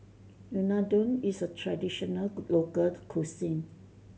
unadon is a traditional local cuisine